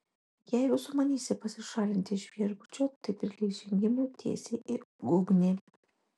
jeigu sumanysi pasišalinti iš viešbučio tai prilygs žengimui tiesiai į ugnį